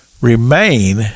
remain